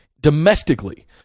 domestically